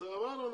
אז אמרנו,